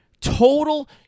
total